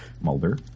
Mulder